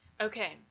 Okay